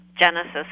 genesis